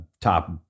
top